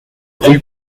rue